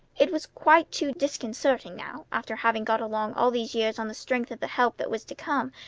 it was quite too disconcerting now, after having got along all these years on the strength of the help that was to come,